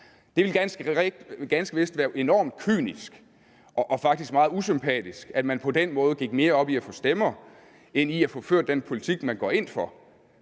Det ville ganske vist være enormt kynisk og faktisk meget usympatisk, at man på den måde gik mere op i at få stemmer end i at få ført den politik, man går ind for,